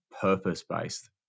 purpose-based